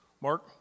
Mark